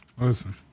Listen